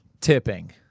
Tipping